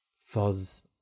fuzz